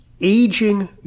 aging